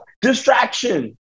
Distraction